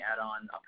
add-on